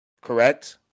correct